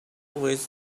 with